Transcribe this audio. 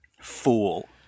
Fool